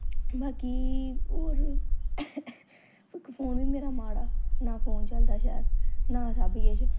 बाकी होर इक फोन बी मेरे माड़ा ना फोन चलदा शैल ना सब किश